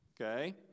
okay